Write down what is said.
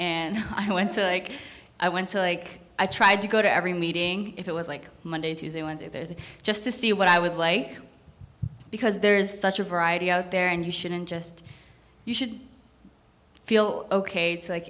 and i went to i went to like i tried to go to every meeting if it was like monday tuesday wednesday it is just to see what i would like because there is such a variety out there and you shouldn't just you should feel ok it's like